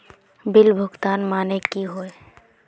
Bill भुगतान माने की होय?